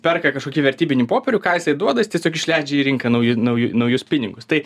perka kažkokį vertybinį popierių ką jisai duoda jis tiesiog išleidžia į rinką nauju nauju naujus pinigus tai